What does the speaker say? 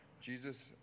Jesus